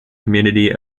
community